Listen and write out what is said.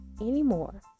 anymore